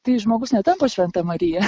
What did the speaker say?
tai žmogus netampa šventa marija